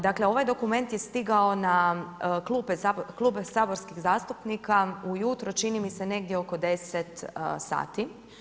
Dakle ovaj dokument je stigao na klupe saborskih zastupnika ujutro čini mi se negdje oko 10 sati.